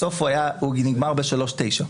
בסוף הוא נגמר ב-3.9.